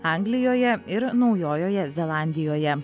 anglijoje ir naujojoje zelandijoje